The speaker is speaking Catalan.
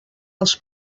els